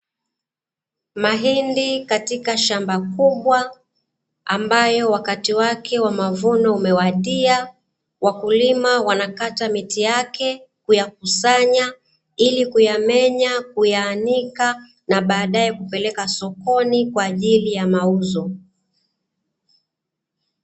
Mahindi katika shamba kubwa, ambayo wakati wake wa mavuno umewadia. Wakulima wanakata miti yake kuyakusanya, ili kuyamenya, kuyaanika na badae kupeleka sokoni kwa ajili ya mauzo.